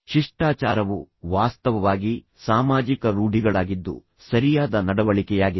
ಶಿಷ್ಟಾಚಾರವು ವಾಸ್ತವವಾಗಿ ಸಾಮಾಜಿಕ ರೂಢಿಗಳಾಗಿದ್ದು ಸರಿಯಾದ ನಡವಳಿಕೆಯಾಗಿದೆ